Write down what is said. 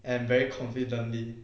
and very confidently